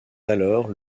alors